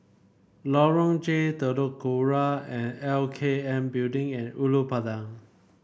Lorong J Telok Kurau and L K N Building and Ulu Pandan